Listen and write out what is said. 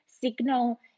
signal